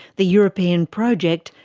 the european project,